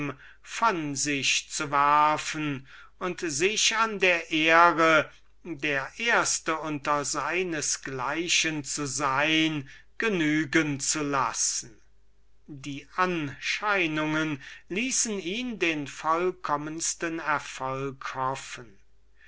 von sich zu werfen und sich an der ehre der erste unter seines gleichen zu sein genügen zu lassen die anscheinungen ließen ihn den vollkommensten sukzeß hoffen